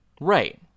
Right